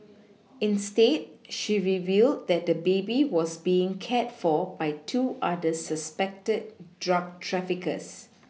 instead she revealed that the baby was being cared for by two other suspected drug traffickers